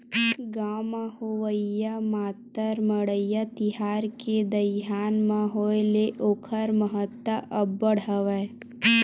गाँव म होवइया मातर मड़ई तिहार के दईहान म होय ले ओखर महत्ता अब्बड़ हवय